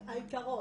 העיקרון,